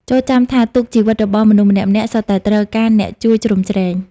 ចូរចាំថា ទូកជីវិតរបស់មនុស្សម្នាក់ៗ សុទ្ធតែត្រូវការអ្នកជួយជ្រោមជ្រែង។